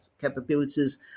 capabilities